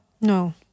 No